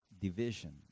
division